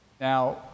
Now